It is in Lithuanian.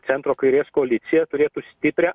centro kairės koalicija turėtų stiprią